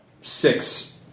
six